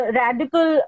radical